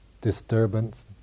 disturbance